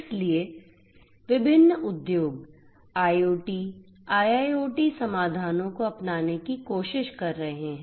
इसलिए विभिन्न उद्योग IoT IIoT समाधानों को अपनाने की कोशिश कर रहे हैं